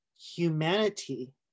humanity